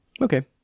Okay